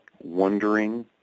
wondering